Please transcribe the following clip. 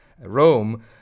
Rome